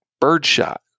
birdshot